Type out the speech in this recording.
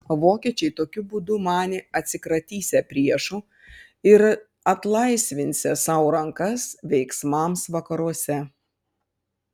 vokiečiai tokiu būdu manė atsikratysią priešo ir atlaisvinsią sau rankas veiksmams vakaruose